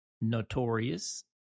notorious